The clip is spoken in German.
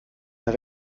eine